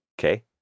Okay